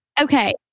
Okay